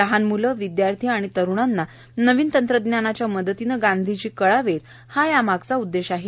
लहान मूलं विद्यार्थी आणि तरूणांना नवीन तंत्रज्ञानाच्या मदतीने गांधीजी कळावे हा या मागचा हेतू आहे